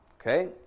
Okay